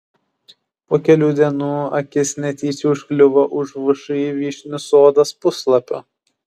po kelių dienų akis netyčia užkliuvo už všį vyšnių sodas puslapio